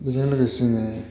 बेजों लोगोसेनो